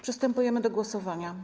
Przystępujemy do głosowania.